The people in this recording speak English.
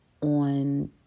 on